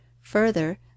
Further